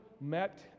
met